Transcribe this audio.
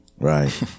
Right